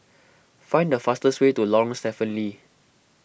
find the fastest way to Lorong Stephen Lee